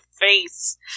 face